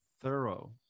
thorough